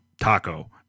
taco